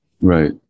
right